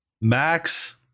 Max